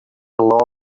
along